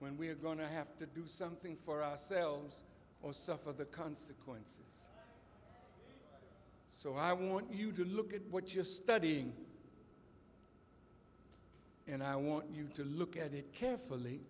when we're going to have to do something for ourselves or suffer the consequence so i want you to look at what you're studying and i want you to look at it carefully